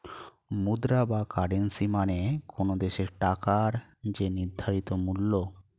মুদ্রা বা কারেন্সী মানে কোনো দেশের টাকার যে নির্ধারিত মূল্য